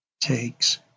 takes